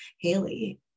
Haley